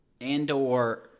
Andor